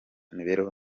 imibereho